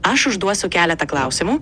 aš užduosiu keletą klausimų